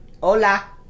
Hola